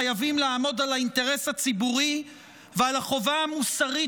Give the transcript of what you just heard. חייבים לעמוד על האינטרס הציבורי ועל החובה המוסרית